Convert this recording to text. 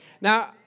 Now